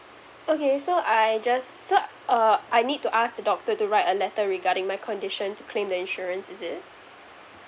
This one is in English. okay so I just so uh I need to ask the doctor to write a letter regarding my condition to claim the insurance is it